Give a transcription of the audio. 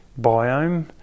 biome